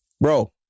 Bro